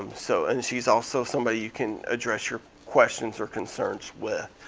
um so and she's also somebody you can address your questions or concerns with.